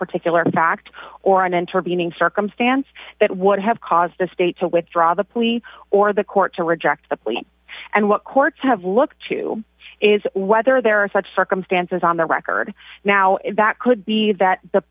particular fact or an intervening circumstance that would have caused the state to withdraw the plea or the court to reject the plea and what courts have looked to is whether there are such circumstances on the record now that could be that the